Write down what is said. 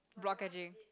block catching